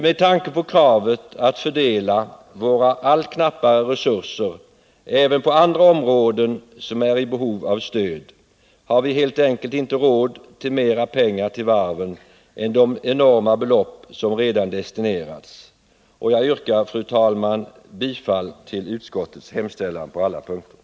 Med tanke på kraven att fördela våra allt knappare resurser även på andra områden som är i behov av stöd har vi inte råd att ge mera pengar till varven än de enorma belopp som redan destinerats, och jag yrkar, fru talman, bifall till utskottets hemställan på alla punkter.